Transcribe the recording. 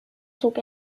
zog